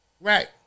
right